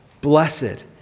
Blessed